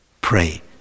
Pray